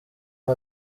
aho